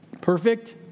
Perfect